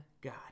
God